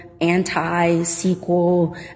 anti-sequel